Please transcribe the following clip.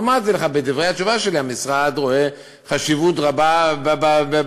אמרתי לך בדברי התשובה שלי: המשרד רואה חשיבות רבה במגשרים.